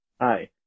Hi